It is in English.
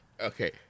okay